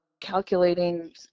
calculating